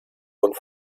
und